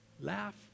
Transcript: laugh